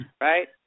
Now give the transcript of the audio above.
right